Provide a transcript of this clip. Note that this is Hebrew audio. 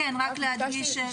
רק להדגיש.